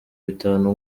bitanu